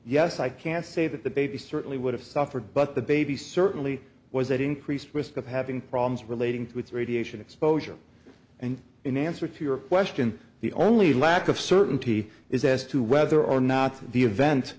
yes i can say that the baby certainly would have suffered but the baby certainly was at increased risk of having problems relating to its radiation exposure and in answer to your question the only lack of certainty is as to whether or not the event